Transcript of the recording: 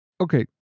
okay